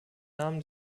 namen